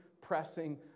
pressing